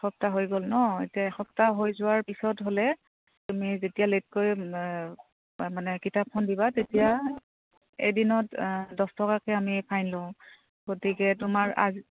এসপ্তাহ হৈ গ'ল ন এতিয়া এসপ্তাহ হৈ যোৱাৰ পিছত হ'লে তুমি যেতিয়া লেটকৈ মানে কিতাপখন দিবা তেতিয়া এদিনত দহ টকাকে আমি ফাইন লওঁ গতিকে তোমাৰ আজি